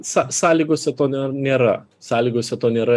są sąlygose to nėra sąlygose to nėra